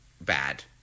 bad